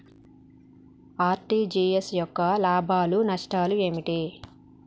RTGS యొక్క లాభాలు నష్టాలు ఏమిటి?